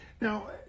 Now